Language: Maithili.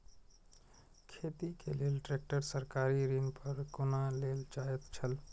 खेती के लेल ट्रेक्टर सरकारी ऋण पर कोना लेल जायत छल?